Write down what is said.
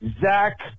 Zach